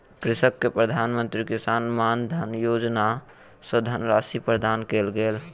कृषक के प्रधान मंत्री किसान मानधन योजना सॅ धनराशि प्रदान कयल गेल